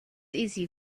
easy